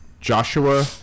Joshua